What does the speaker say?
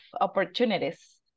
opportunities